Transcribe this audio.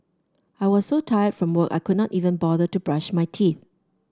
I was so tired from work I could not even bother to brush my teeth